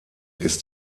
ist